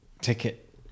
ticket